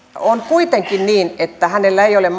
on kuitenkin niin että hänellä ei ole